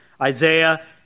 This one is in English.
Isaiah